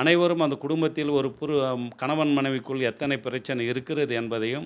அனைவரும் அந்த குடும்பத்தில் ஒரு புரு கணவன் மனைவிக்குள் எத்தனை பிரச்சனை இருக்கிறது என்பதையும்